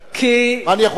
מה אני יכול לעשות?